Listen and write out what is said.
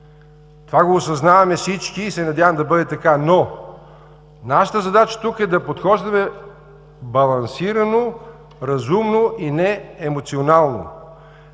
Това го осъзнаваме всички и се надявам да бъде така. Нашата задача тук е да подхождаме балансирано, разумно и неемоционално.